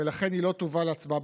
ולכן היא לא תובא להצבעה